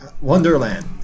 Wonderland